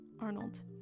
arnold